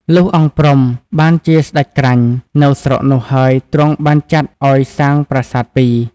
លុះ អង្គព្រំ បានជាសេ្តចក្រាញ់ នៅស្រុកនោះហើយទ្រង់បានចាត់ឲ្យសាងប្រាសាទពីរ។